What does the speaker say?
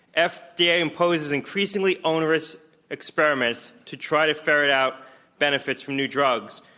ah fda yeah imposes increasingly onerous experiments to try to ferret out benefits from new drugs.